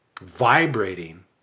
vibrating